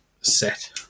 set